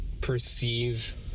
perceive